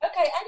Okay